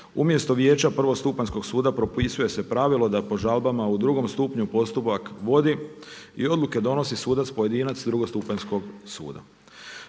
Umjesto vijeća prvostupanjskog suda propisuje se pravilo da po žalbama u drugom stupnju postupak vodi i odluke donosi sudac pojedinac drugostupanjskog suda.